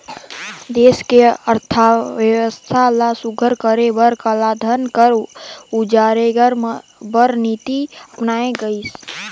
देस के अर्थबेवस्था ल सुग्घर करे बर कालाधन कर उजागेर बर नीति अपनाल गइस